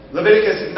Leviticus